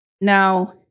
Now